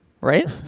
right